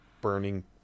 burning